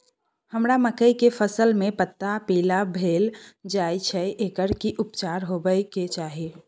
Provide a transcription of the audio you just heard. हमरा मकई के फसल में पता पीला भेल जाय छै एकर की उपचार होबय के चाही?